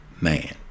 man